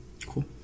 Cool